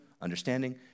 understanding